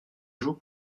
joue